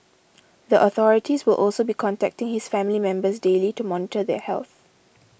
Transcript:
the authorities will also be contacting his family members daily to monitor their health